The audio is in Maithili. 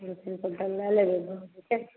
दुइ तीन क्विन्टल लऽ लेबै भऽ जेतै